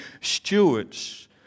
stewards